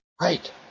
Right